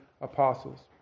apostles